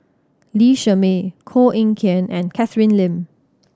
Lee Shermay Koh Eng Kian and Catherine Lim